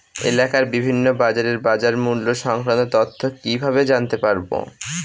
এলাকার বিভিন্ন বাজারের বাজারমূল্য সংক্রান্ত তথ্য কিভাবে জানতে পারব?